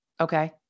Okay